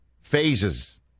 phases